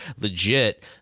legit